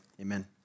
Amen